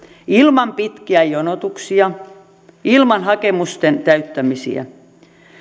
ilman pitkiä jonotuksia ilman hakemusten täyttämisiä